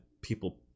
people